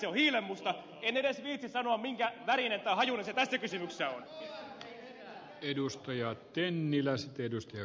en edes viitsi sanoa minkä värinen tai hajuinen se tässä kysymyksessä on